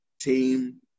team